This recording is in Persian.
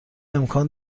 امکان